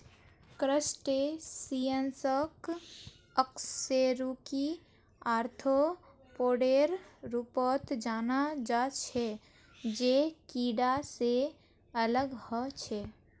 क्रस्टेशियंसक अकशेरुकी आर्थ्रोपोडेर रूपत जाना जा छे जे कीडा से अलग ह छे